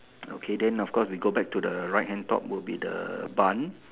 okay then of course we go back to the right hand top will be the bun